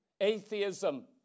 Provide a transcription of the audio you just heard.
Atheism